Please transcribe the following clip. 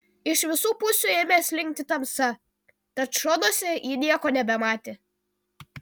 iš visų pusių ėmė slinkti tamsa tad šonuose ji nieko nebematė